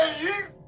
ah you